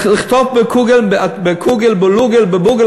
לכתוב בקוגל-בלוגל-בבוגל,